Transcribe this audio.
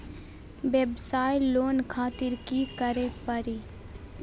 वयवसाय लोन खातिर की करे परी?